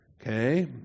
okay